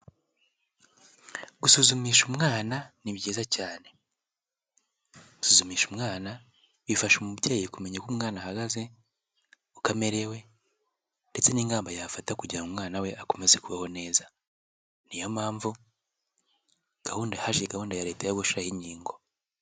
Gusuzumisha umwana ni byiza cyane, gusuzumisha umwana bifasha umubyeyi kumenya uko umwana ahagaze, uko amerewe ndetse n'ingamba yafata kugira umwana we akomeze kubaho neza, niyo mpamvu gahunda haje gahunda ya Leta yo gushyiraho inkingo.